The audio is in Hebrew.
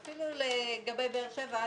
ואפילו באר שבע,